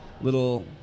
little